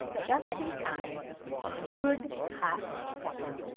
just in time for a good hot supper.